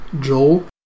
Joel